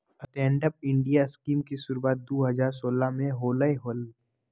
stand up India scheme के शुरुआत दू हज़ार सोलह में होलय हल